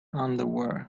underwear